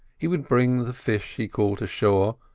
he would bring the fish he caught ashore,